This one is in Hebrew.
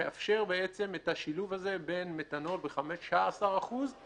שמאפשר את השילוב הזה בין מתנול ב-15% לבין